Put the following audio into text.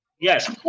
Yes